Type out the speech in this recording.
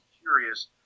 curious